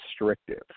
restrictive